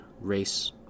race